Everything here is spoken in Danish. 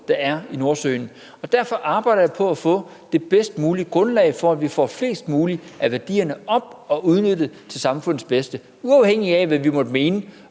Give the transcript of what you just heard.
der er i Nordsøen, og derfor arbejder jeg på at få det bedst mulige grundlag for, at vi får flest mulige af værdierne op og udnyttet til samfundets bedste, uafhængigt af hvad vi måtte mene